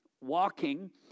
walking